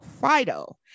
Fido